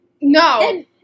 no